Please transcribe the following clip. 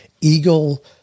Eagle